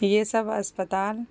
یہ سب اسپتال